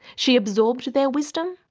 she absorbed their wisdom,